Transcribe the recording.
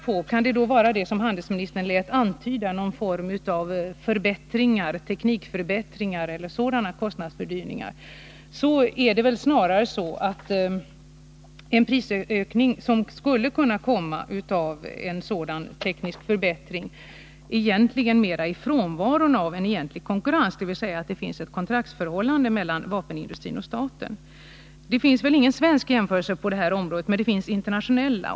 Kan den kostnadsfördyringen då, som handelsministern antydde, bero på någon form av teknikförbättring eller liknande? Det är väl snarare så att en prisökning egentligen mera är följden av frånvaron av egentlig konkurrens, dvs. att det finns ett kontraktsförhållande mellan vapenindustrin och staten. — Det finns väl ingen svensk jämförelse gjord på det här området, men det finns internationella.